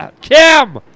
Kim